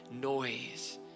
noise